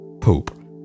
poop